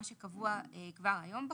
עד כאן זה די דומה למה שקבוע כבר היום בחוק.